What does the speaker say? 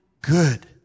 good